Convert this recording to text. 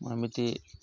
ଏମିତି